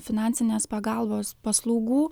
finansinės pagalbos paslaugų